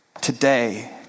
today